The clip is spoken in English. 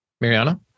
Mariana